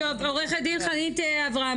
עו"ד חנית אברהם,